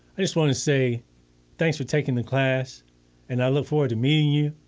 i just want to say thanks for taking the class and i look forward to meeting you,